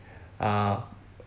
uh